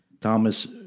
Thomas